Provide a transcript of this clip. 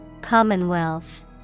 Commonwealth